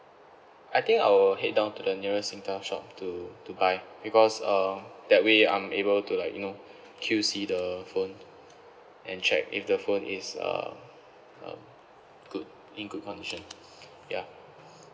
I think I will head down to the nearest Singtel shop to to buy because uh that way I'm able to like you know Q_C the phone and check if the phone is uh uh good in good condition ya